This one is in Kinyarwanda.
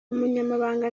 umunyamabanga